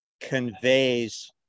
conveys